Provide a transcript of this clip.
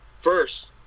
first